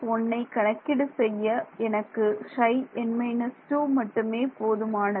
Ψn−1 ஐ கணக்கீடு செய்ய எனக்கு Ψn−2 மட்டும போதுமானது